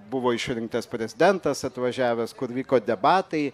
buvo išrinktas prezidentas atvažiavęs kur vyko debatai